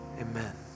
Amen